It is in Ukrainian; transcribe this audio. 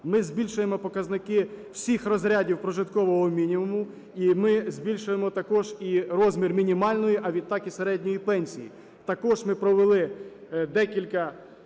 ми збільшуємо показники всіх розрядів прожиткового мінімуму і ми збільшуємо також і розмір мінімальної, а відтак середньої пенсії. Також ми провели декілька